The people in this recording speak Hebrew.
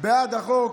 בעד החוק.